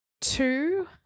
Two